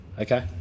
okay